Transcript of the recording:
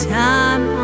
time